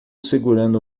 segurando